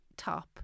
top